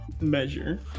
measure